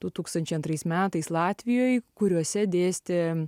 du tūkstančiai antrais metais latvijoj kuriuose dėstė